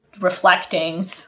reflecting